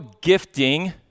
gifting